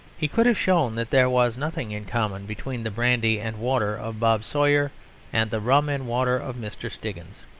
he could have shown that there was nothing in common between the brandy and water of bob sawyer and the rum and water of mr. stiggins.